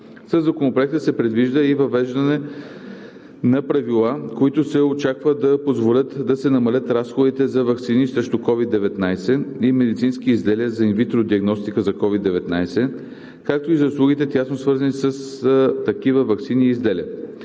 Със Законопроекта се предвижда и въвеждане на правила, които се очаква да позволят да се намалят разходите за ваксини срещу COVID-19 и медицински изделия за инвитро диагностика на COVID-19, както и за услугите, тясно свързани с такива ваксини и изделия.